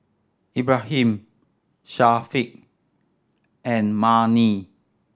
Ibrahim Syafiq and Murni